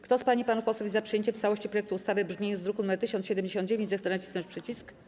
Kto z pań i panów posłów jest za przyjęciem w całości projektu ustawy w brzmieniu z druku nr 1079, zechce nacisnąć przycisk.